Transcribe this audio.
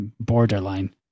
borderline